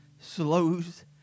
slows